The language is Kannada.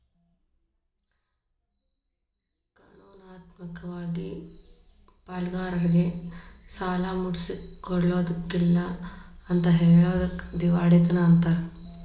ಕಾನೂನಾತ್ಮಕ ವಾಗಿ ಸಾಲ್ಗಾರ್ರೇಗೆ ಸಾಲಾ ಮುಟ್ಟ್ಸ್ಲಿಕ್ಕಗೊದಿಲ್ಲಾ ಅಂತ್ ಹೆಳೊದಕ್ಕ ದಿವಾಳಿತನ ಅಂತಾರ